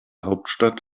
hauptstadt